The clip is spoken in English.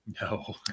No